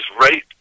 right